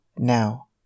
now